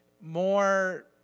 more